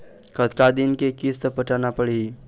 कतका दिन के किस्त पटाना पड़ही?